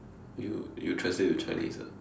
you you translate to Chinese ah